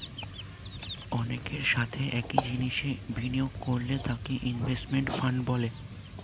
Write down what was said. অনেকের সাথে একই জিনিসে বিনিয়োগ করলে তাকে ইনভেস্টমেন্ট ফান্ড বলে